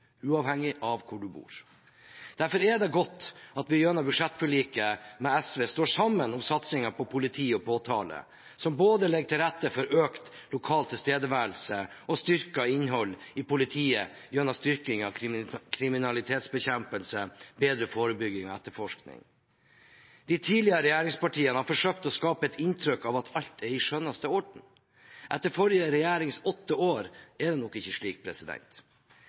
uavhengig av hvor man bor. Derfor er det godt at vi gjennom budsjettforliket med SV står sammen om satsingen på politi og påtale, som legger til rette for både økt lokal tilstedeværelse og styrket innhold i politiet gjennom styrking av kriminalitetsbekjempelse, bedre forebygging og etterforskning. De tidligere regjeringspartiene har forsøkt å skape et inntrykk av at alt er i skjønneste orden. Etter forrige regjerings åtte år er det nok ikke slik.